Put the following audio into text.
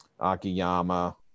Akiyama